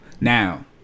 now